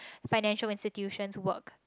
financial institution's work